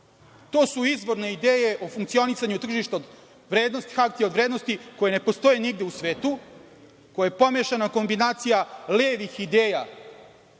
To su izborne ideje o funkcionisanju tržišta hartija od vrednosti koje ne postoje nigde u svetu, koje su pomešana kombinacija levih ideja